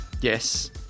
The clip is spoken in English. Yes